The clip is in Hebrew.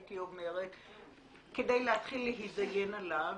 כדי להתחיל להתדיין עליו.